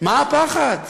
מה הפחד?